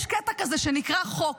יש קטע כזה שנקרא חוק,